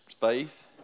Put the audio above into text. Faith